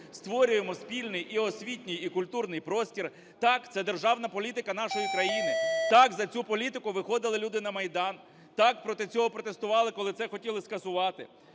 створюємо спільний і освітній, і культурний простір. Так, це державна політика нашої країни. Так, за цю політику виходили люди на Майдан. Так, проти цього протестували, коли це хотіли скасувати.